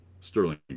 Sterling